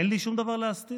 אין לי שום דבר להסתיר.